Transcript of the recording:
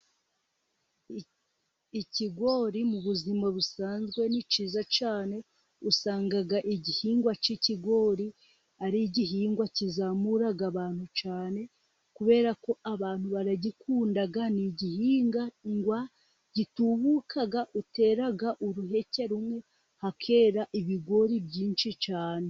Ikigori mu buzima busanzwe ni kiza cyane. Usanga igihingwa k'ikigori ari igihingwa kizamura abantu cyane kubera ko abantu baragikunda. Ni igihingwa gitubuka utera uruheke rumwe, hakera ibigori byinshi cyane.